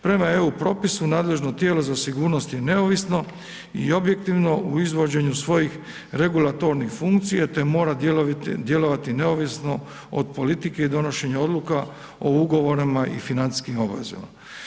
Prema EU propisu nadležno tijelo za sigurnost je neovisno i objektivno u izvođenju svojih regulatornih funkcija, te mora djelovati neovisno od politike i donošenja odluka o ugovorima i financijskim obvezama.